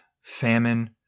famine